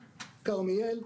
כרמיאל,